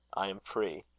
i am free.